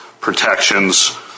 protections